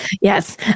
Yes